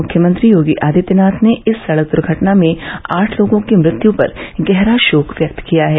मुख्यमंत्री योगी आदित्यनाथ ने इस सड़क दुर्घटना में आठ लोगों की मृत्यु पर गहरा षोक व्यक्त किया है